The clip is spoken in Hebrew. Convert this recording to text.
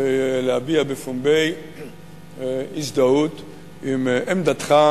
ולהביע בפומבי הזדהות עם עמדתך,